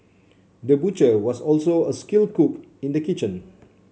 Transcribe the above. the butcher was also a skilled cook in the kitchen